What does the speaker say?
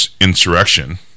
insurrection